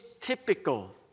typical